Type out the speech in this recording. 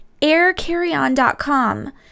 Aircarryon.com